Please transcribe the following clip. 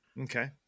Okay